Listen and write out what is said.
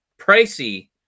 pricey